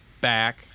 back